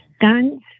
guns